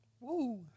Woo